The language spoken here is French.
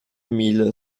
mille